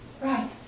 Right